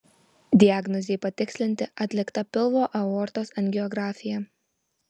diagnozei patikslinti atlikta pilvo aortos angiografija